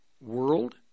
world